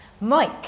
Mike